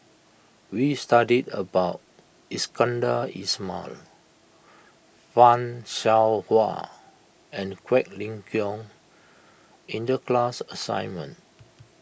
we studied about Iskandar Ismail Fan Shao Hua and Quek Ling Kiong in the class assignment